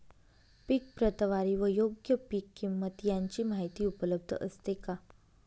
पीक प्रतवारी व योग्य पीक किंमत यांची माहिती उपलब्ध असते का?